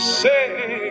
say